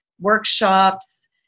workshops